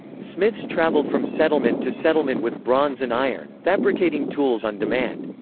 smiths travelled from settlement to settlement with bronze and iron, fabricating tools on demand.